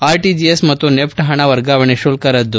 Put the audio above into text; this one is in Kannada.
ಆರ್ಟಜಿಎಸ್ ಮತ್ತು ನೆಪ್ಟ್ ಹಣವರ್ಗಾವಣೆ ಶುಲ್ಕ ರದ್ದು